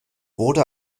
wurde